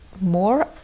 more